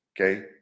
okay